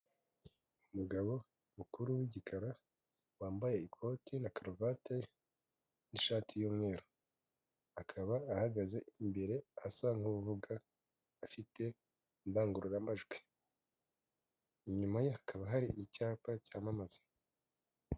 Umugabo mukuru w'igikara wambaye ikoti na karuvati n'ishati y'umweru, akaba ahagaze imbere asa nk'uvuga afite indangururamajwi inyuma ye hakaba hari icyapa cyamamaza.